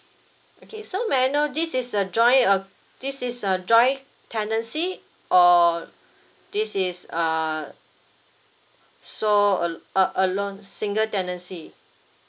okay so may I know this is a joint ac~ this is a joint tenancy or this is uh sole uh uh alone single tenancy